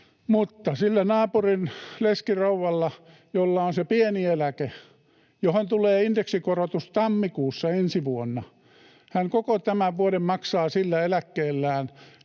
mutta se naapurin leskirouva, jolla on se pieni eläke, johon tulee indeksikorotus tammikuussa ensi vuonna, maksaa koko tämän vuoden sillä eläkkeellään